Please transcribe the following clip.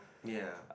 ya